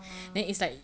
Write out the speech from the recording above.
orh ah